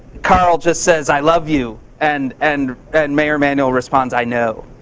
carl just says, i love you. and and and mayor emanuel responds, i know.